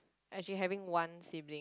actually having one sibling